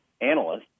analysts